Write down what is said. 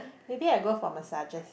maybe I'll go for massages